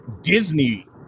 Disney